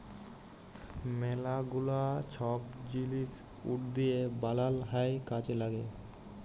ম্যালা গুলা ছব জিলিস উড দিঁয়ে বালাল হ্যয় কাজে ল্যাগে